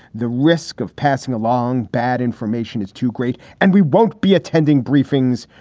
the risk of passing along bad information is too great. and we won't be attending briefings.